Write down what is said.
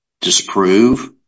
disprove